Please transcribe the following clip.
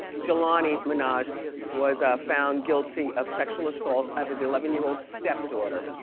jelani minaj was found guilty of sexual assault of his eleven year old stepdaughter.